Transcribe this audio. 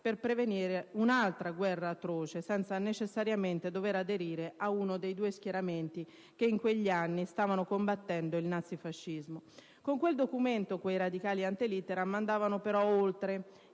per prevenire un'altra guerra atroce, senza necessariamente dover aderire ad uno dei due schieramenti che, in quegli anni, stavano combattendo il nazi-fascismo. Con quel documento quei radicali *ante litteram* andavano però oltre: